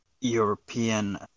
European